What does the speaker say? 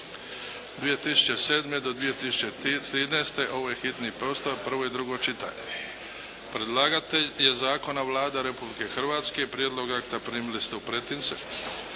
(2007. do 2013.), hitni postupak, prvo i drugo čitanje, P.Z. br. 15 Predlagatelj je zakona Vlada Republike Hrvatske. Prijedlog akta primili ste u pretince.